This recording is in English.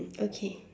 okay